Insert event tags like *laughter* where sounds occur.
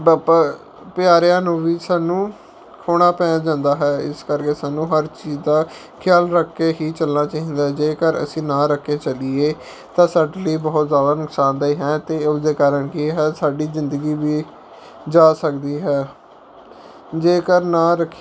*unintelligible* ਪਿਆਰਿਆਂ ਨੂੰ ਵੀ ਸਾਨੂੰ ਖੋਣਾ ਪੈ ਜਾਂਦਾ ਹੈ ਇਸ ਕਰਕੇ ਸਾਨੂੰ ਹਰ ਚੀਜ਼ ਦਾ ਖਿਆਲ ਰੱਖ ਕੇ ਹੀ ਚੱਲਣਾ ਚਾਹੀਦਾ ਜੇਕਰ ਅਸੀਂ ਨਾ ਰੱਖ ਕੇ ਚੱਲੀਏ ਤਾਂ ਸਾਡੇ ਲਈ ਬਹੁਤ ਜ਼ਿਆਦਾ ਨੁਕਸਾਨਦੇਹ ਹੈ ਅਤੇ ਉਸਦੇ ਕਾਰਨ ਕੀ ਹੈ ਸਾਡੀ ਜ਼ਿੰਦਗੀ ਵੀ ਜਾ ਸਕਦੀ ਹੈ ਜੇਕਰ ਨਾ ਰੱਖੀਏ